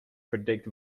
predict